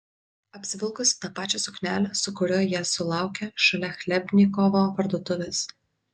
apsivilkusi ta pačia suknele su kuria ją sulaikė šalia chlebnikovo parduotuvės